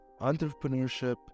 Entrepreneurship